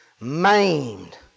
maimed